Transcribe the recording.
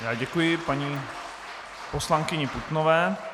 Já děkuji paní poslankyni Putnové.